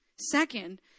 second